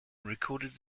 recorded